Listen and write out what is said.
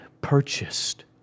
purchased